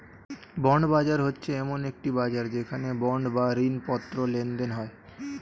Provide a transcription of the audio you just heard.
bond বাজার হচ্ছে এমন একটি বাজার যেখানে বন্ড বা ঋণপত্র লেনদেন হয়